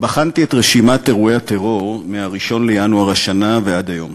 בחנתי את רשימת אירועי הטרור מ-1 בינואר השנה ועד היום: